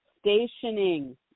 stationing